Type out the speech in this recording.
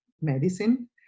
medicine